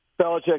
Belichick